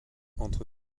entre